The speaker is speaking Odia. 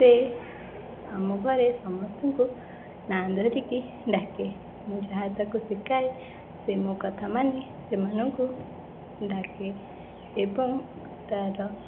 ସେ ଆମ ଘରେ ସମସ୍ତଙ୍କୁ ନାଁ ଧରିକି ଡାକେ ମୁଁ ଯାହା ତାକୁ ଶିଖାଏ ସେ ମୋ କଥା ମାନି ସେମାନଙ୍କୁ ଡାକେ ଏବଂ ତାର